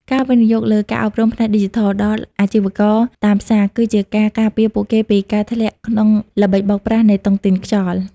ការវិនិយោគលើ "ការអប់រំផ្នែកឌីជីថល" ដល់អាជីវករតាមផ្សារ គឺជាការការពារពួកគេពីការធ្លាក់ក្នុងល្បិចបោកប្រាស់នៃតុងទីនខ្យល់។